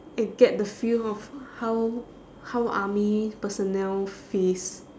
and get the feel of how how army personnel face